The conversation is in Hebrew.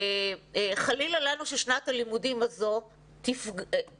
חלילה לנו ששנת הלימודים הזו תסתיים